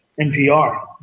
NPR